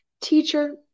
Teacher